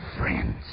friends